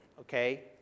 Okay